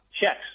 checks